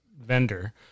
vendor